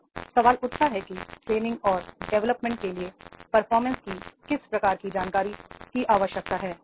तो सवाल उठता है कि ट्रे निंग और डेवलपमेंट के लिए परफॉर्मेंस की किस प्रकार की जानकारी की आवश्यकता है